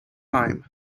time